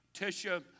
Tisha